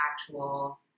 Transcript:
actual